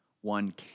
One